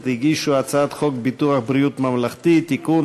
הגישו הצעת חוק ביטוח בריאות ממלכתי (תיקון,